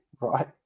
right